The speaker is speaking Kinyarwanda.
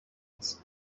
nzi